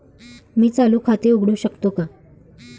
मी चालू खाते उघडू शकतो का?